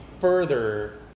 further